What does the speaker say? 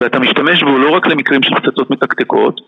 ואתה משתמש בו לא רק למקרים של פצצות מתקתקות